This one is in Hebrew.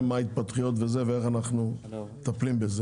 מה ההתפתחויות ואיך אנחנו מטפלים בזה.